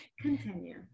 Continue